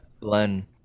Len